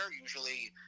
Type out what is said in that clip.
usually